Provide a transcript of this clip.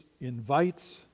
invites